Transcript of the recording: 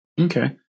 Okay